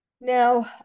Now